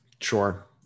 Sure